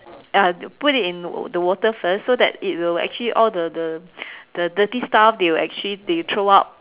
uh put it in the water first so that it will actually all the the the dirty stuffs they will actually they throw out